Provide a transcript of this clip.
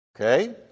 Okay